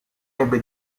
ebbe